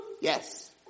yes